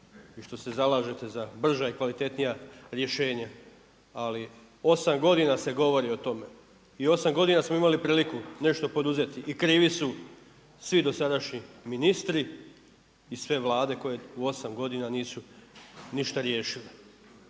i što se zalažete za brža i kvalitetnija rješenja ali 8 godina se govori o tome i 8 godina smo imali priliku nešto poduzeti i krivi su svi dosadašnji ministri i sve Vlade koje u 8 godina nisu ništa riješile.